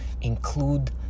Include